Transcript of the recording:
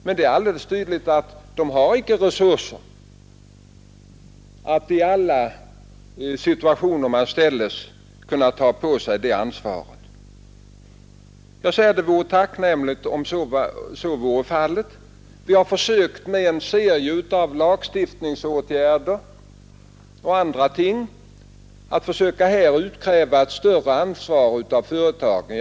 Men det är alldeles tydligt att företagen icke har resurser att i alla situationer ta på sig det ansvaret. Jag säger att det vore tacknämligt om företagen kunde ta på sig detta ansvar. Vi har försökt att genom en serie av lagstiftningsåtgärder o. d. utkräva ett större ansvar av företagen.